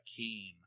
Akeem